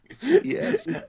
Yes